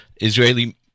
Israeli